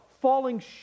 falling